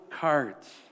cards